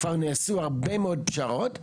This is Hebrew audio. כבר נעשו הרבה מאוד פשרות.